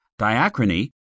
Diachrony